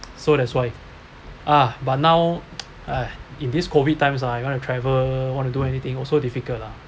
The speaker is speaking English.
so that's why ah but now !hais! in this COVID times ah you want to travel want to do anything also difficult lah